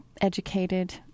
educated